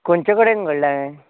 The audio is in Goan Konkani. खंयचे कडेन घडलां हें